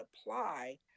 apply